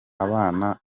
abana